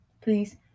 please